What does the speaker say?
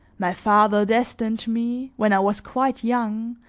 my father destined me, when i was quite young,